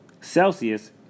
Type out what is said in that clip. Celsius